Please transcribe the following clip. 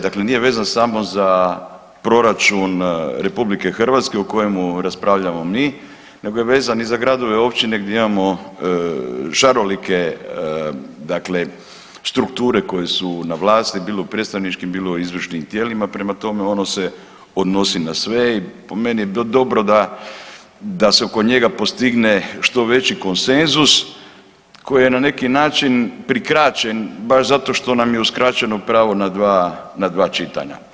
Dakle, nije vezan samo za proračun RH o kojemu raspravljamo mi, nego je vezan i za gradove, općine gdje imamo šarolike dakle strukture koje su na vlasti bilo u predstavničkim, bilo u izvršnim tijelima, prema tome ono se odnosi na sve i po meni bi bilo dobro da se oko njega postigne što veći konsenzus koji je na neki način prikraćen baš zato što nam je uskraćeno pravo na dva, na dva čitanja.